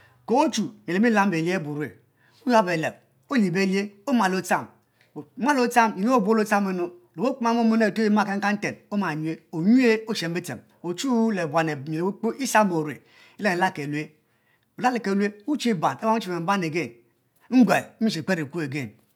Ke ochu miel amilam be lie abu ue oyab, beleb ohe belie oma le otcham oma a otcham ye obuong na le okpoma mon kankan nten oma yue onyue oshen bitchen, ochu ne le buan abue kpoo esami orue elalal kelue olalke lue wuchi ban wumi chi ban ban again nguel imi chi kper kper eko again